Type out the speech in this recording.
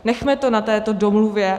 Nechme to na této domluvě.